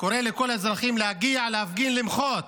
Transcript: אני קורא לכל האזרחים להגיע, להפגין, למחות